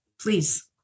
Please